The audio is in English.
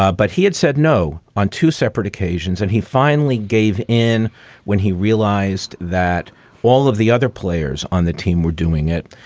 ah but he had said no on two separate occasions. and he finally gave in when he realized that all of the other players on the team were doing it.